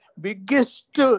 biggest